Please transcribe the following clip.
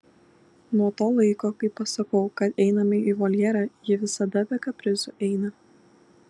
nuo to laiko kai pasakau kad einame į voljerą ji visada be kaprizų eina